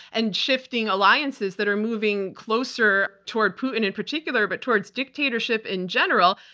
and shifting alliances that are moving closer toward putin in particular, but towards dictatorship in general,